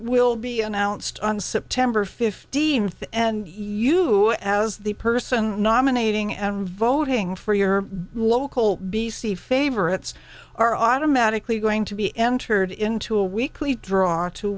will be announced on september fifteenth and you as the person nominating and voting for your local b c favorites are automatically going to be entered into a weekly draw to